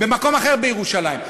במקום אחר בירושלים.